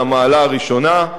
מהמעלה הראשונה,